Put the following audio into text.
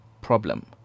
problem